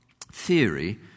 theory